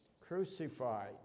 crucified